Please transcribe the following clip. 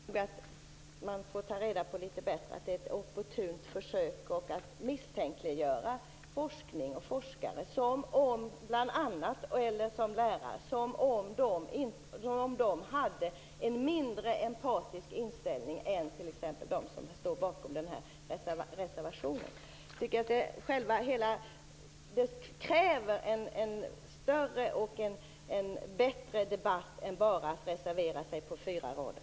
Fru talman! Man får ta reda på litet bättre. Detta är ett opportunt försök. Det är att misstänkliggöra forskare och lärare som om de hade en mindre empatisk inställning än t.ex. de som står bakom reservationen. Jag tycker att detta kräver en större och bättre debatt än bara att reservera sig på fyra rader.